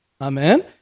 Amen